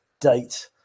date